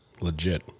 legit